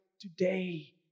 today